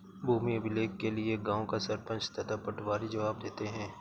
भूमि अभिलेख के लिए गांव का सरपंच तथा पटवारी जवाब देते हैं